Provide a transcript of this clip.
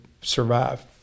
survive